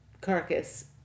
carcass